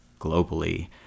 globally